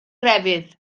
grefydd